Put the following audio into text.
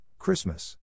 Christmas